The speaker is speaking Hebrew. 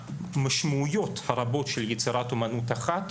המשמעויות הרבות של יצירת אומנות אחת